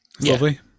lovely